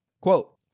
quote